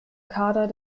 kader